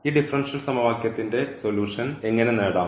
ഈ ഡിഫറൻഷ്യൽ സമവാക്യത്തിന്റെ സൊല്യൂഷൻ എങ്ങനെ നേടാം